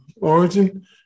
origin